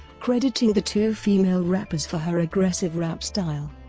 crediting the two female rappers for her aggressive rap style.